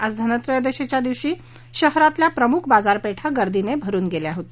आज धनत्रयोदशीच्या दिवशी शहरातील प्रमुख बाजारपेठ गर्दीने भरुन गेलेली होती